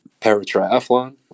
paratriathlon